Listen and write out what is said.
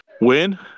win